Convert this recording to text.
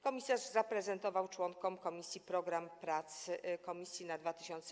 Komisarz zaprezentował członkom komisji program prac komisji na 2018